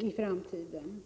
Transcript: i framtiden.